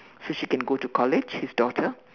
so she can go to college his daughter